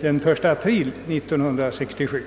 den 1 april 1967.